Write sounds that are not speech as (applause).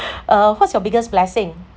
(laughs) uh what's your biggest blessing